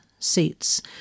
seats